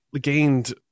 gained